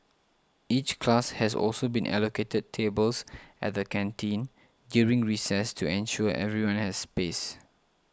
each class has also been allocated tables at the canteen during recess to ensure everyone has space